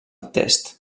test